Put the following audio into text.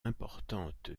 importante